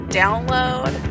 download